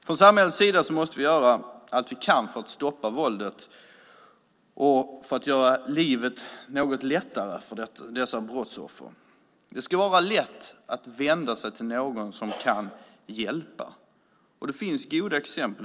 Från samhällets sida måste vi göra allt vi kan för att stoppa våldet och för att göra livet något lättare för dessa brottsoffer. Det ska vara lätt att vända sig till någon som kan hjälpa. Det finns goda exempel.